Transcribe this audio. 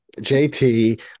JT